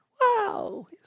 Wow